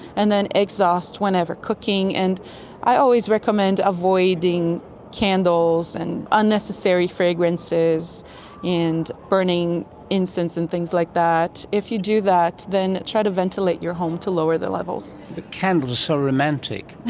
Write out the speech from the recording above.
and then exhaust whenever cooking. i always recommend avoiding candles and unnecessary fragrances and burning incense and things like that. if you do that, then tried to ventilate your home to lower the levels. but candles are so romantic.